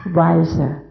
wiser